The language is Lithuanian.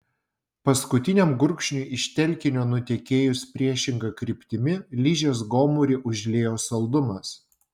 paskutiniam gurkšniui iš telkinio nutekėjus priešinga kryptimi ližės gomurį užliejo saldumas